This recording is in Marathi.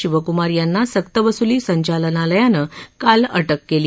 शिवकुमार यांना सक्तवसूली संचालनालयानं काल अटक केली